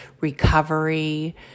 recovery